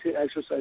exercise